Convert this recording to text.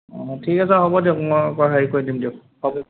অঁ ঠিক আছে হ'ব দিয়ক মই হেৰি কৰি দিম দিয়ক হ'ব